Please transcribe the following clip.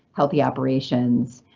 healthy operations,